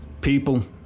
People